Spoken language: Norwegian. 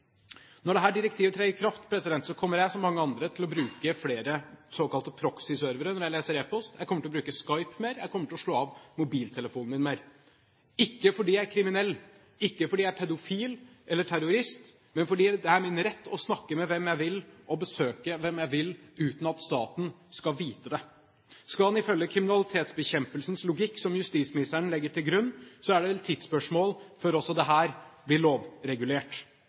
Når dette direktivet trer i kraft, kommer jeg, som mange andre, til å bruke flere såkalte proxy-servere når jeg leser e-post. Jeg kommer til å bruke Skype mer, og jeg kommer til å slå av mobiltelefonen min mer – ikke fordi jeg er kriminell, ikke fordi jeg er pedofil eller terrorist, men fordi det er min rett å snakke med hvem jeg vil og besøke hvem jeg vil uten at staten skal vite det. Skal en følge kriminalitetsbekjempelsens logikk, som justisministeren legger til grunn, er det vel et tidsspørsmål før også dette blir lovregulert.